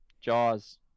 Jaws